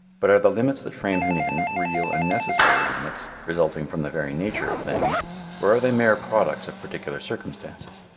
but are the limits that frame him in, real and necessary limits, resulting from the very nature of things, or are they mere products of particular circumstances?